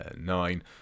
nine